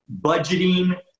budgeting